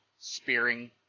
spearing